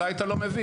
אולי אתה לא מבין.